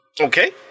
Okay